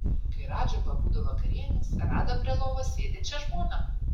kai radža pabudo vakarienės rado prie lovos sėdinčią žmoną